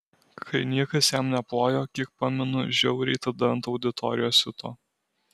kai niekas jam neplojo kiek pamenu žiauriai tada ant auditorijos siuto